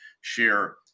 share